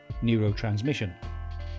neurotransmission